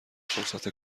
فرصت